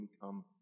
become